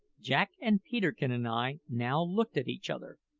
jack and peterkin and i now looked at each other,